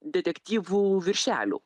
detektyvų viršelių